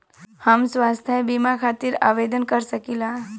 हम स्वास्थ्य बीमा खातिर आवेदन कर सकीला?